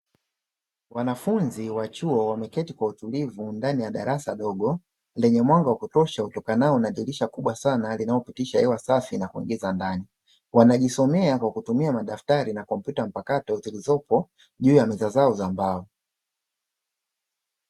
Wanafunzi wa chuo wameketi kwa utulivu ndani ya darasa dogo lenye mwanga wa kutosha utokanao na dirisha kubwa sana, linalopitisha hewa safi na kuingiza ndani, wanajisomea kwa kutumia madaftari na kompyuta mpakato zilizopo juu ya meza zao za mbao.